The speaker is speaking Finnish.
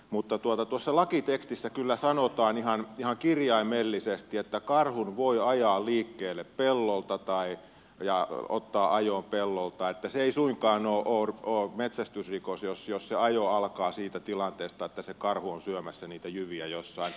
mutta tuossa lakitekstissä kyllä sanotaan ihan kirjaimellisesti että karhun voi ajaa liikkeelle pellolta ja ottaa ajoon pellolta että se ei suinkaan ole metsästysrikos jos se ajo alkaa siitä tilanteesta että se karhu on syömässä niitä jyviä jossain